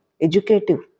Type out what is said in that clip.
educative